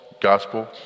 gospel